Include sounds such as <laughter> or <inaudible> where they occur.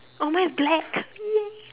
oh mine is black <noise>